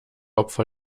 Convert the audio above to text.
opfer